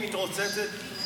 אני מתכוון לרותם מהיוגב.